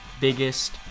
biggest